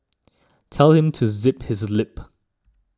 tell him to zip his lip